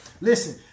Listen